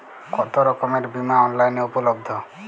কতোরকমের বিমা অনলাইনে উপলব্ধ?